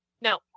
No